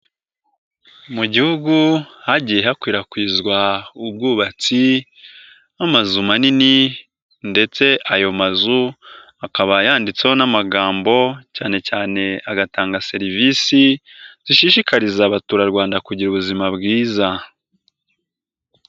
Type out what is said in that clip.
Mu gihugu hagiye hakwirakwizwa ubwubatsi n'amazu manini ndetse ayo mazu akaba yanditseho n'amagambo cyane cyane agatanga serivisi zishishikariza abaturarwanda kugira ubuzima bwiza.